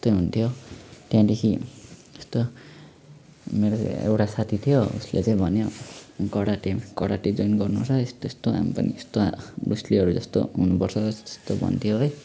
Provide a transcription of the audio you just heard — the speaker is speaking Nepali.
त्यस्तै हुन्थ्यो त्यहाँदेखि त्यस्तो मेरो एउटा साथी थियो उसले चाहिँ भन्यो कराते कराते जोइन गर्नु छ त्यस्तो त्यस्तो हामी पनि यस्तो ब्रुस लीहरू जस्तो हुनुपर्छ त्यस्तो भन्थ्यो है